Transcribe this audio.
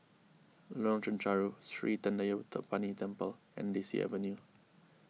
Lorong Chencharu Sri thendayuthapani Temple and Daisy Avenue